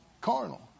carnal